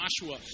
Joshua